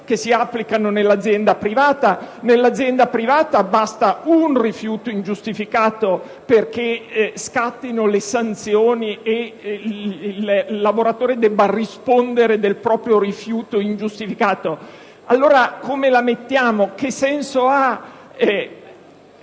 che si applicano nell'azienda privata, dove basta un rifiuto ingiustificato perché scattino le sanzioni e il lavoratore debba rispondere del proprio rifiuto ingiustificato. Come la mettiamo? Che senso ha